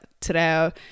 today